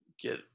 Get